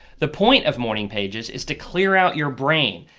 the point of morning pages is to clear out your brain.